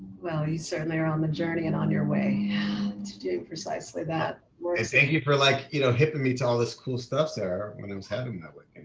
well, you certainly are on the journey and on your way to do precisely that. and thank you for like, you know, hipping me to all this cool stuff's there, when i was heading that way.